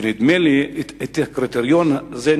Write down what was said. ונדמה לי שאת הקריטריון הזה,